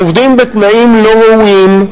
עובדים בתנאים לא ראויים,